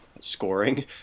scoring